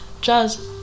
jazz